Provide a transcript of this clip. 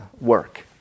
work